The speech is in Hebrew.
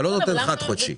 אתה לא נותן חד חודשי.